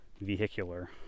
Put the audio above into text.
vehicular